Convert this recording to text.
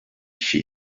kişi